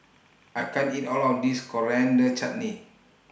I can't eat All of This Coriander Chutney